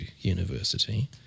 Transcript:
university